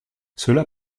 cela